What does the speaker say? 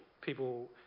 people